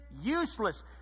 useless